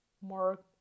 more